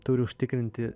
turi užtikrinti